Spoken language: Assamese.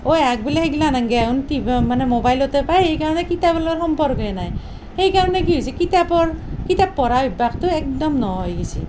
অঁ ইহঁত বোলে সেগলা নালগে আহোন কিবা মানে ম'বাইলতে পাই সেইকাৰণে কিতাপৰ লগত সম্পৰ্কয়ে নাই সেইকাৰণে কি হৈছি কিতাপৰ কিতাপ পঢ়া অভ্য়াসটো একদম ন'হৱ হৈ গেছি